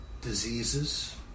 diseases